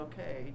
Okay